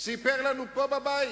סיפר לנו פה, בבית,